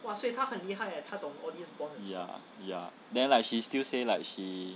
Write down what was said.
ya ya then like she still say like she